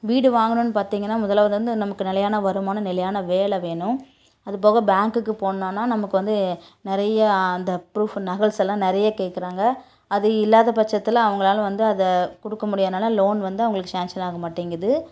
வீடு வாங்கணும்னு பார்த்திங்கன்னா முதலாவது வந்து நமக்கு நிலையான வருமானம் நிலையான வேலை வேணும் அதுபோக பேங்குக்கு போனோம்னா நமக்கு வந்து நிறைய அந்த ப்ரூஃபு நகல்ஸ் எல்லாம் நிறைய கேட்குறாங்க அது இல்லாத பட்சத்தில் அவங்களால் வந்து அதை கொடுக்க முடியாதனால லோன் வந்து அவர்களுக்கு சேன்க்ஷன் ஆக மாட்டேங்குது